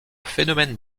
phénomène